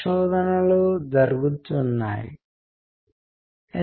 ఆ క్షణం యొక్క లోతైన అవగాహన